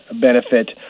benefit